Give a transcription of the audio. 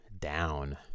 down